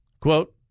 Quote